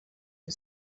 que